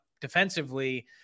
defensively